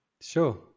Sure